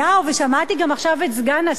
ושמעתי גם עכשיו את סגן השר,